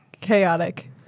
chaotic